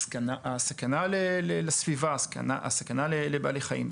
הסכנה לסביבה, הסכנה לבעלי חיים?